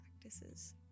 practices